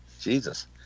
Jesus